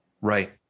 Right